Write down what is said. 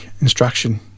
instruction